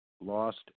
Lost